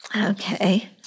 Okay